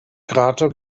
krater